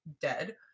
dead